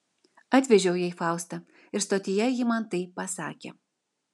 atvežiau jai faustą ir stotyje ji man tai pasakė